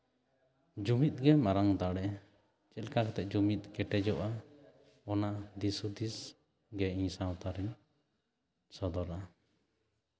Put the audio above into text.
ᱡᱩᱢᱤᱫ ᱜᱮ ᱢᱟᱨᱟᱝ ᱫᱟᱲᱮ ᱪᱮᱫ ᱞᱮᱠᱟ ᱠᱟᱛᱮᱜ ᱡᱩᱢᱤᱫ ᱠᱮᱴᱮᱡᱚᱜᱼᱟ ᱚᱱᱟ ᱫᱤᱥ ᱦᱩᱫᱤᱥ ᱜᱮ ᱤᱧ ᱥᱟᱶᱛᱟ ᱨᱮ ᱥᱚᱫᱚᱨᱟ